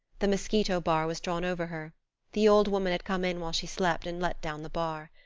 the mosquito bar was drawn over her the old woman had come in while she slept and let down the bar.